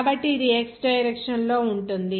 కాబట్టి ఇది x direction లో ఉంటుంది